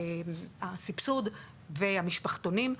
הסבסוד והמשפחתונים,